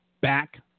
Back